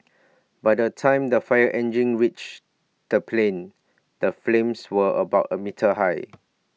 by the time the fire engines reach the plane the flames were about A metre high